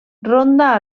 ronda